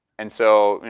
and so,